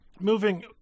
moving